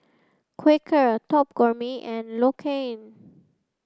Quaker Top Gourmet and L'Occitane